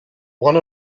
one